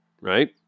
Right